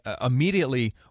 immediately